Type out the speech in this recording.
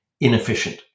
inefficient